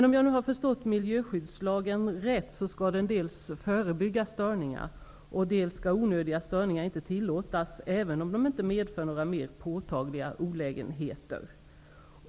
Om jag har förstått miljöskyddslagen rätt skall störningar dels förebyggas, dels inte tillåtas om de är onödiga, även om de inte medför några mer påtagliga olägenheter.